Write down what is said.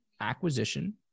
acquisition